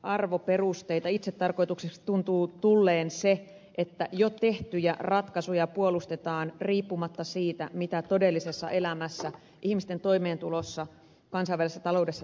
itsetarkoitukseksi tuntuu tulleen se että jo tehtyjä ratkaisuja puolustetaan riippumatta siitä mitä todellisessa elämässä ihmisten toimeentulossa kansainvälisessä taloudessa tapahtuu